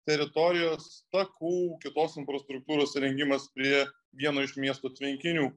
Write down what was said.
teritorijos takų kitos infrastruktūros įrengimas prie vieno iš miesto tvenkinių